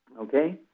Okay